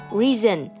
reason